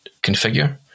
configure